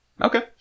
Okay